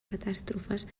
catàstrofes